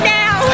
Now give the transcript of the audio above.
now